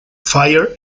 fire